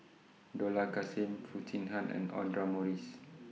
Dollah Kassim Foo Chee Han and Audra Morrice